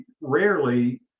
rarely